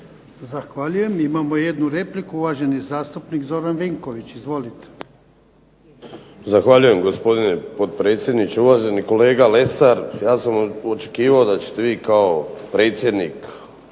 Zahvaljujem. Imamo jednu repliku. Uvaženi zastupnik Zoran Vinković, izvolite. **Vinković, Zoran (SDP)** Zahvaljujem, gospodine potpredsjedniče. Uvaženi kolega Lesar, ja sam očekivao da ćete vi kao predsjednik